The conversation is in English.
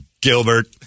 Gilbert